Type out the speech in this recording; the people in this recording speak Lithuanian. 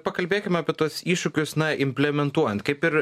pakalbėkim apie tuos iššūkius na implementuojant kaip ir